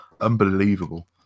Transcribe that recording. unbelievable